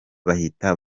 bahita